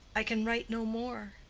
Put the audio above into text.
i can write no more.